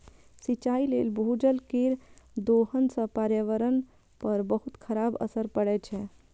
सिंचाइ लेल भूजल केर दोहन सं पर्यावरण पर बहुत खराब असर पड़ै छै